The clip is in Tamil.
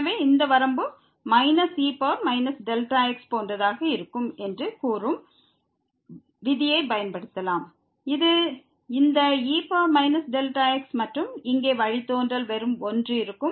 எனவே இந்த வரம்பு e x போன்றதாக இருக்கும் என்று கூறும் விதியைப் பயன்படுத்தலாம் இது இந்த e x மற்றும் இங்கே வழித்தோன்றல் வெறும் 1 இருக்கும்